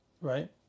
Right